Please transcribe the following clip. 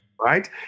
Right